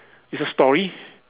is a story